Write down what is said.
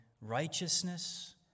righteousness